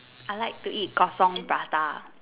I like to eat kosong prata